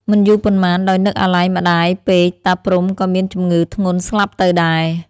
មិនយូរប៉ុន្មាន ដោយនឹកអាល័យម្ដាយពេកតា ព្រហ្ម ក៏មានជំងឺធ្ងន់ស្លាប់ទៅដែរ ។